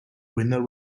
winner